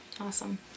awesome